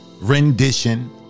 Rendition